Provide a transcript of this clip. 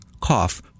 cough